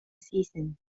season